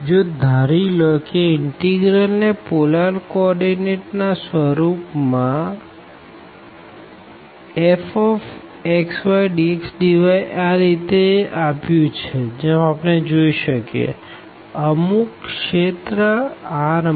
જો ધરી લો કે ઇનટીગ્રલ ને પોલર કો ઓર્ડીનેટ ના સ્વરૂપ માં ∬Rfxydxdy આ રીતે આપ્યું છે અમુક રિજિયન R માટે